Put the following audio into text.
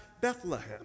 Bethlehem